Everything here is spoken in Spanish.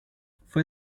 fue